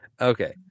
Okay